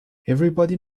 everybody